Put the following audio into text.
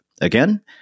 Again